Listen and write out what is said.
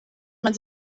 man